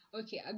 okay